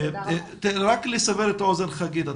רק לסבר את האוזן חגית,